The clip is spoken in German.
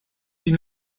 die